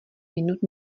minut